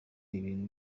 ibintu